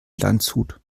landshut